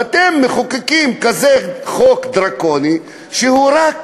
ואתם מחוקקים כזה חוק דרקוני שהוא רק,